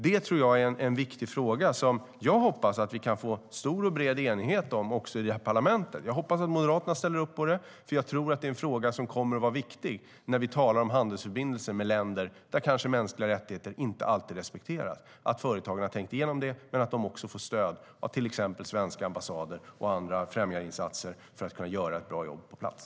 Det tror jag är en viktig fråga som jag hoppas att vi kan få stor och bred enighet om också i det här parlamentet. Jag hoppas att Moderaterna ställer upp på det, för jag tror att det är en fråga som kommer att vara viktig när vi talar om handelsförbindelser med länder där mänskliga rättigheter kanske inte alltid respekteras. Det är viktigt att företagen har tänkt igenom detta men också att de får stöd av till exempel svenska ambassader och andra främjande insatser för att kunna göra ett bra jobb på plats.